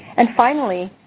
and finally,